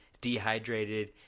dehydrated